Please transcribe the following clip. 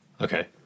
Okay